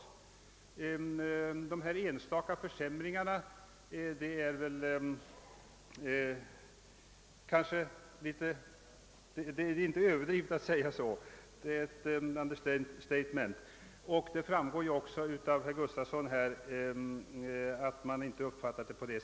Det där om enstaka försämringar är faktiskt inga överord. Det är tvärtom ett understatement. Som framgick av herr Gustafssons i Kårby anförande har man heller inte uppfattat det som överord.